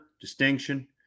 distinction